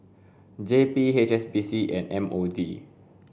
J P H S B C and M O D